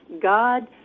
God